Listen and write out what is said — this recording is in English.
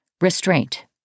Restraint